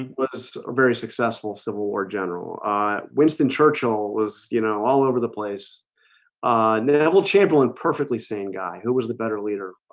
was a very successful civil war general winston churchill was you know all over the place neville chamberlain perfectly sane guy who was the better leader?